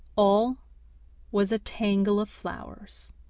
all was a tangle of flowers,